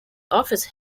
office